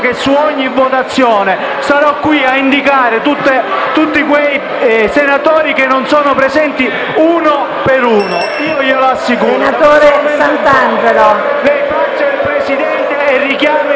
che su ogni votazione sarò qui ad indicare tutti quei senatori che non sono presenti, uno per uno. Glielo assicuro.